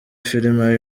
filime